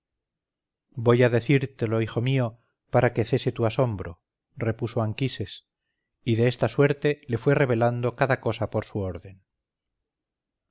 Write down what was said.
voy a decírtelo hijo mio para que cese tu asombro repuso anquises y de esta suerte le fue revelando cada cosa por su orden